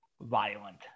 violent